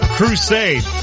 Crusade